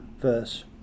verse